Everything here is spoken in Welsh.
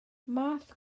math